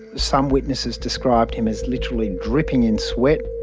some witnesses described him as literally dripping in sweat.